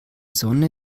sonne